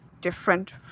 different